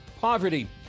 poverty